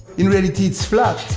in reality it's flat,